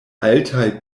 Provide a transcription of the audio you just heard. altaj